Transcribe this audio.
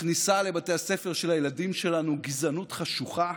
מכניסה לבתי הספר של הילדים שלנו גזענות חשוכה,